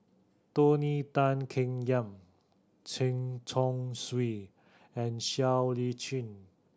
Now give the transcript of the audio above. Tony Tan Keng Yam Chen Chong Swee and Siow Lee Chin